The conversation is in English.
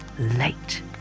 late